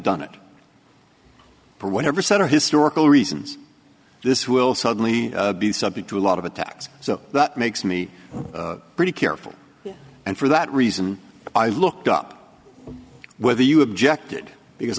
done it for whatever set or historical reasons this will suddenly be subject to a lot of attacks so that makes me pretty careful and for that reason i looked up whether you objected because